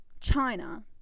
China